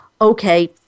okay